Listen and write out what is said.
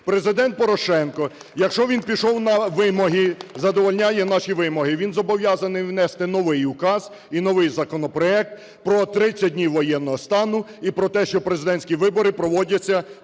Президент Порошенко, якщо він пішов на вимоги, задовольняє наші вимоги, він зобов'язаний внести новий указ і новий законопроект про 30 днів воєнного стану і про те, що президентські вибори проводяться 31